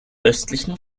östlichen